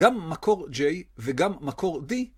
גם מקור J וגם מקור D.